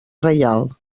reial